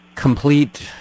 complete